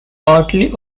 partly